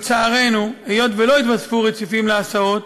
לצערנו, היות שלא התווספו רציפים להסעות